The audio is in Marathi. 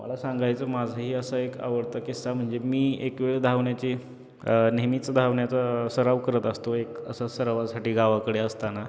मला सांगायचं माझंही असं एक आवडतं किस्सा म्हणजे मी एक वेळ धावण्याची नेहमीच धावण्याचा सराव करत असतो एक असं सरावासाठी गावाकडे असताना